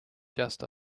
just